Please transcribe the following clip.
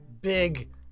big